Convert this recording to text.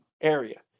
area